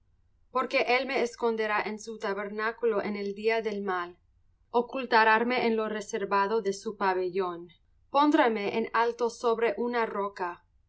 porque él me esconderá en su tabernáculo en el día del mal ocultaráme en lo reservado de su pabellón pondráme en alto sobre una roca